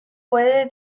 puede